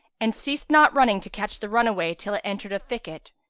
and ceased not running to catch the runaway till it entered a thicket.